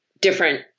different